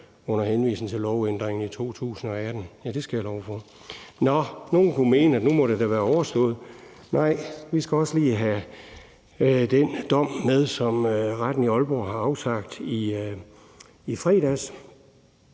under henvisning til lovændringen i 2018. Ja, det skal jeg love for. Nå, nogle kunne mene, at det da nu må være overstået. Nej, vi skal også lige have den dom med, som Retten i Aalborg har afsagt i fredags,